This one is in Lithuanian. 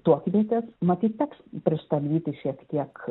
tuokvietės matyt teks pristabdyti šiek tiek